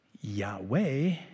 Yahweh